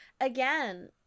again